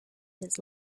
his